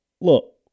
Look